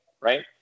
right